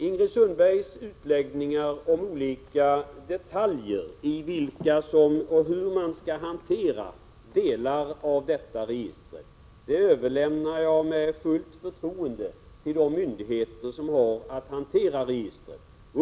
Ingrid Sundbergs utläggningar om olika detaljer — hur man skall hantera delar av detta register — överlämnar jag med fullt förtroende till de myndigheter som har att hantera registret.